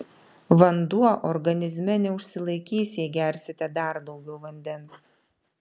vanduo organizme neužsilaikys jei gersite dar daugiau vandens